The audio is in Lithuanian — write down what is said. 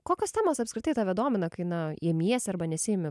kokios temos apskritai tave domina kai na imiesi arba nesiimi